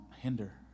hinder